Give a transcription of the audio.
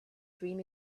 dream